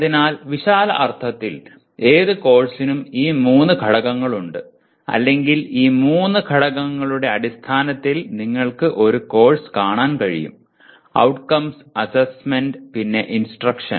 അതിനാൽ വിശാല അർത്ഥത്തിൽ ഏത് കോഴ്സിനും ഈ മൂന്ന് ഘടകങ്ങളുണ്ട് അല്ലെങ്കിൽ ഈ മൂന്ന് ഘടകങ്ങളുടെ അടിസ്ഥാനത്തിൽ നിങ്ങൾക്ക് ഒരു കോഴ്സ് കാണാൻ കഴിയും ഔട്ട്കംസ് അസ്സെസ്സ്മെന്റ് പിന്നെ ഇൻസ്ട്രക്ഷൻ